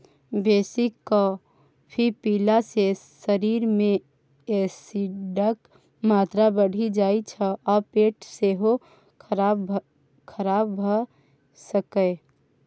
बेसी कॉफी पीला सँ शरीर मे एसिडक मात्रा बढ़ि जाइ छै आ पेट सेहो खराब भ सकैए